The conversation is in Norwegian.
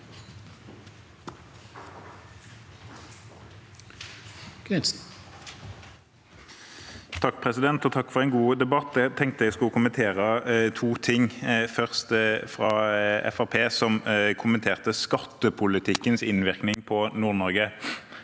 Takk for en god de- batt. Jeg tenkte jeg skulle kommentere to ting. Først: Fremskrittspartiet kommenterte skattepolitikkens innvirkning på Nord-Norge.